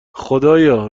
خدایا